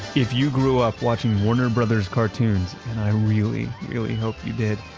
if you grew up watching warner brothers cartoons, and i really, really hope you did,